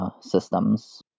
systems